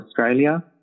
Australia